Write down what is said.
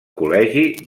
col·legi